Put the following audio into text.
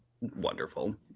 wonderful